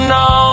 no